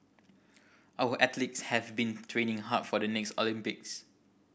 our athletes have been training hard for the next Olympics